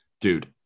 dude